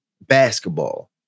basketball